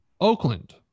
Oakland